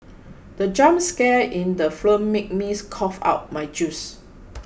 the jump scare in the film made me cough out my juice